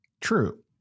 True